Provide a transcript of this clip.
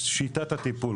שיטת הטיפול,